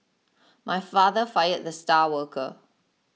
my father fired the star worker